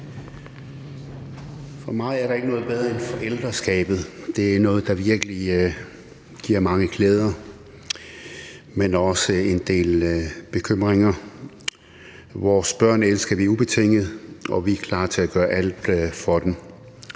For mig er der ikke noget bedre end forældreskabet. Det er noget, der virkelig giver mange glæder, men også en del bekymringer. Vores børn elsker vi ubetinget, og vi er klar til at gøre alt for dem.